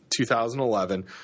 2011